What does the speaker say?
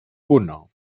uno